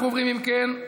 אנחנו עוברים, אם כן,